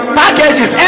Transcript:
packages